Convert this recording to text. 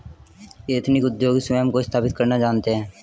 ethnic उद्योगी स्वयं को स्थापित करना जानते हैं